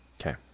Okay